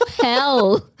hell